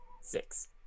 six